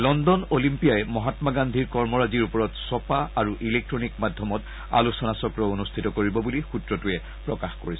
London অলিম্পিয়াই মহাম্মা গান্ধীৰ কৰ্মৰাজিৰ ওপৰত ছপা আৰু ইলেকট্টনিক মাধ্যমত আলোচনা চক্ৰও অনুষ্ঠিত কৰিব বুলি সূত্ৰটোৱে প্ৰকাশ কৰিছে